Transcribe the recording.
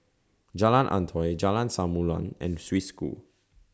Jalan Antoi Jalan Samulun and Swiss School